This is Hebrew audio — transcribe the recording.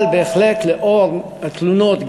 אבל בהחלט לנוכח התלונות,